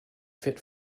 fit